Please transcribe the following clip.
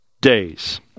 days